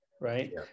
right